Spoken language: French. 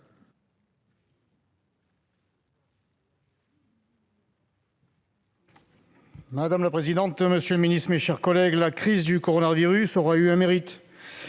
Madame la présidente, monsieur le ministre, mes chers collègues, la crise du coronavirus aura eu un mérite